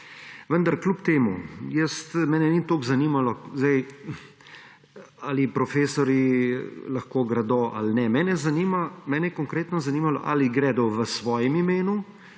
Vendar kljub temu, mene ni toliko zanimalo zdaj, ali profesorji lahko gredo ali ne. Mene je konkretno zanimalo, ali gredo v svojem imenu